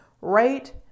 right